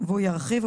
והוא ירחיב.